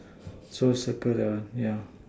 so circle that one yeah